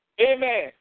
amen